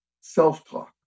Self-talk